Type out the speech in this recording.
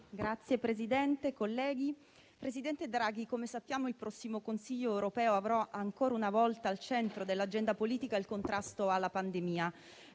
Signor Presidente, colleghi, presidente Draghi, come sappiamo, il prossimo Consiglio europeo avrà, ancora una volta, al centro dell'agenda politica il contrasto alla pandemia.